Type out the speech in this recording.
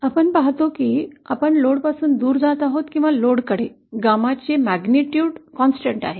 आम्ही पाहतो की आपण लोडपासून दूर जात आहोत किंवा लोडकडे ℾd ची परिमाण स्थिर आहे